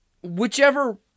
whichever